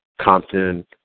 Compton